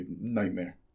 nightmare